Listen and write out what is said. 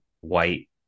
white